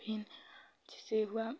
फिर जैसे हुआ